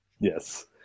Yes